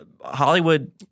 Hollywood